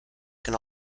can